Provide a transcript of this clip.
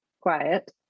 quiet